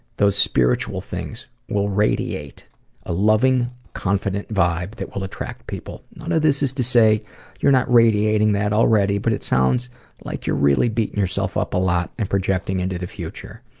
those spiritual things, will radiate a loving, confident vibe that will attract people. none of this is to say you're not radiating that already, but it sounds like you're really beating yourself up a lot and projecting into the future.